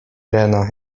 rena